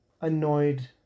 annoyed